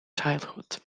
childhood